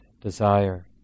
desire